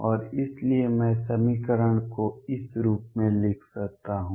और इसलिए मैं समीकरण को इस रूप में लिख सकता हूं